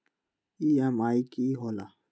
EMI की होला?